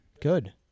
Good